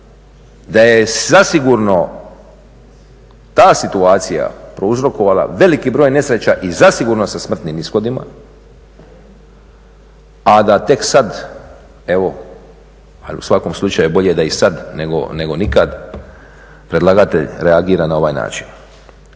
da je zasigurno ta situacija prouzrokovala veliki broj nesreća i zasigurno sa smrtnim ishodima, a da tek sad evo ali u svakom slučaju bolje da je i sad nego nikad predlagatelj reagira na ovaj način.